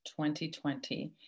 2020